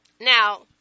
Now